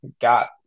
got